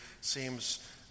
seems